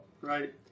Right